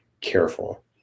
careful